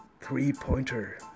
Three-pointer